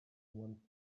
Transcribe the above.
one